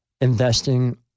Investing